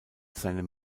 seinem